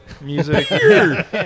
Music